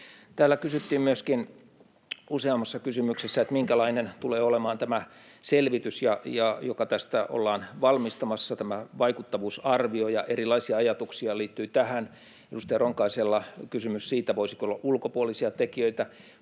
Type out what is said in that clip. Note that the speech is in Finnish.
Täällä kysyttiin myöskin useammassa kysymyksessä, minkälainen tulee olemaan tämä selvitys, joka tästä ollaan valmistelemassa, tämä vaikuttavuusarvio, ja erilaisia ajatuksia liittyi tähän. Edustaja Ronkaisella oli kysymys siitä, voisiko olla ulkopuolisia tekijöitä.